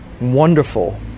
wonderful